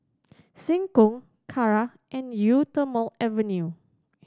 Seng Choon Kara and Eau Thermale Avene